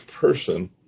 person